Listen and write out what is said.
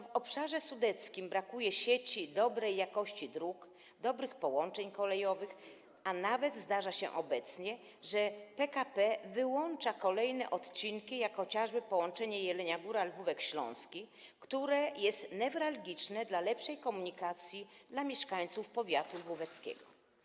W obszarze sudeckim brakuje sieci dobrej jakości dróg, dobrych połączeń kolejowych, a nawet zdarza się obecnie, że PKP wyłącza kolejne odcinki, jak chociażby połączenie Jelenia Góra - Lwówek Śląski, które jest newralgiczne, jeżeli chodzi o lepszą komunikację, dla mieszkańców powiatu lwóweckiego.